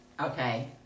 Okay